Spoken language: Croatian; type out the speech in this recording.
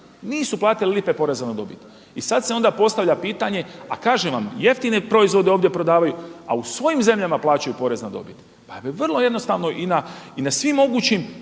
nisu platili lipe poreza na dobit. I sad se onda postavlja pitanje a kažem vam jeftine proizvode ovdje prodaju a u svojim zemljama plaćaju porez na dobit. Pa vrlo jednostavno i na svim mogućim